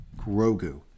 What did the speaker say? Grogu